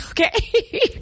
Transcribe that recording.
okay